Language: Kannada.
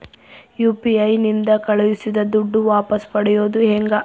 ಯು.ಪಿ.ಐ ನಿಂದ ಕಳುಹಿಸಿದ ದುಡ್ಡು ವಾಪಸ್ ಪಡೆಯೋದು ಹೆಂಗ?